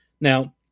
Now